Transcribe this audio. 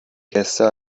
gäste